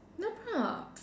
no prob~